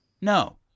no